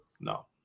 No